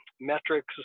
metrics